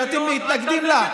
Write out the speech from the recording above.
שאתם מתנגדים לה,